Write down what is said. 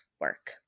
work